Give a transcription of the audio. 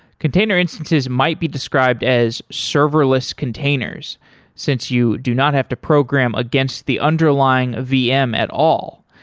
container instances might be described as serverless containers since you do not have to program against the underlying vm at all,